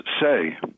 say